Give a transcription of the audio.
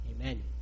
amen